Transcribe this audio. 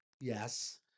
Yes